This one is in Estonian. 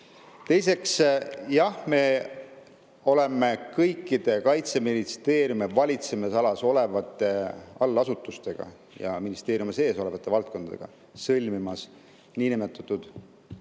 Teiseks, jah, me oleme kõikide Kaitseministeeriumi valitsemisalas olevate allasutustega ja ministeeriumi sees olevate valdkondadega sõlmimas niinimetatud